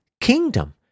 kingdom